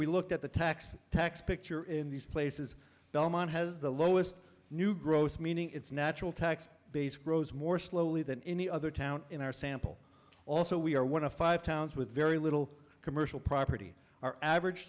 we look at the tax tax picture in these places belmont has the lowest new growth meaning its natural tax base grows more slowly than any other town in our sample also we are one of five towns with very little commercial property our average